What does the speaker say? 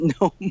No